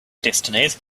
destinies